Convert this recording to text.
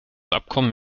abkommen